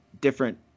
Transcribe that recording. different